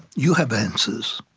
you have answers.